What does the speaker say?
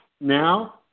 Now